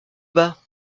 bas